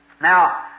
Now